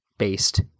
based